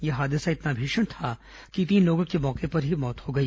यह हादसा इतना भीषण था कि तीन लोगों की मौके पर ही मौत हो गई